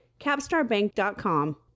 Capstarbank.com